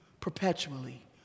perpetually